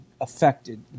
affected